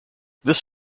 this